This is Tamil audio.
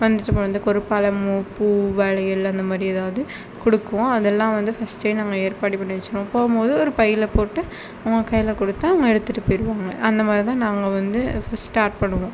வந்துட்டு போனதுக்கு ஒரு பழமோ பூ வளையல் அந்தமாதிரி எதாவது கொடுக்குவோம் அதெல்லாம் வந்து ஃபர்ஸ்டே நம்ம ஏற்பாடு பண்ணி வச்சிடுவோம் போகும்போது ஒரு பையில் போட்டு அவங்க கையில் கொடுத்தா அவங்க எடுத்துட்டு போயிடுவாங்க அந்தமாதிரிதான் நாங்கள் வந்து ஸ்டார்ட் பண்ணுவோம்